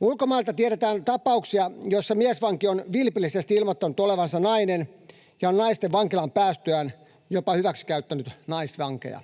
Ulkomailta tiedetään tapauksia, joissa miesvanki on vilpillisesti ilmoittanut olevansa nainen ja on naistenvankilaan päästyään jopa hyväksikäyttänyt naisvankeja.